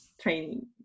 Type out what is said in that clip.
training